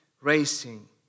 racing